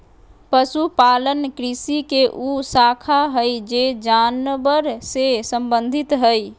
पशुपालन कृषि के उ शाखा हइ जे जानवर से संबंधित हइ